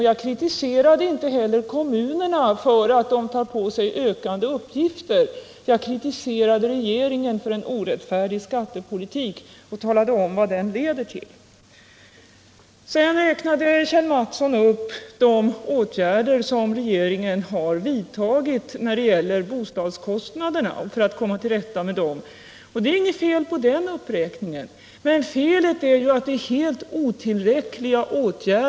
Jag kritiserade inte heller kommunerna för att de tar på sig ökade uppgifter utan regeringen för en orättfärdig skattepolitik, och talade om vad den leder till. Vidare räknade Kjell Mattsson upp de åtgärder som regeringen har vidtagit för att komma till rätta med bostadskostnaderna, och det är inget fel på den uppräkningen. Felet är att åtgärderna är helt otillräckliga.